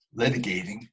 litigating